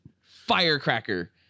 firecracker